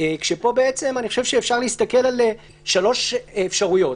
ואני חושב שאפשר להסתכל על שלוש אפשרויות: